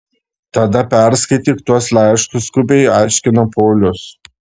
tada perskaityk tuos laiškus skubiai aiškino paulius